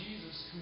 Jesus